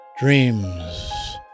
Dreams